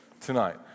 tonight